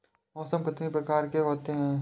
मौसम कितनी प्रकार के होते हैं?